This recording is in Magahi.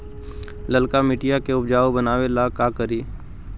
लालका मिट्टियां के उपजाऊ बनावे ला का करी?